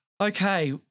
Okay